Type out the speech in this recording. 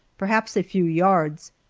perhaps a few yards.